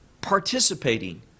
participating